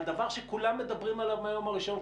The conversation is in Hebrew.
על דבר שכולם מדברים עליו מהיום הראשון,